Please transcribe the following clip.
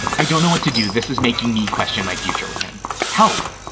i don't know what to do. this is making me question my future with him help